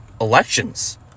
elections